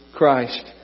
Christ